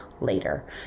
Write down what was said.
later